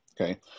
okay